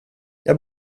jag